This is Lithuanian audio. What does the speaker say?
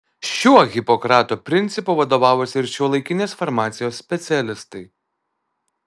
šiuo hipokrato principu vadovavosi ir šiuolaikinės farmacijos specialistai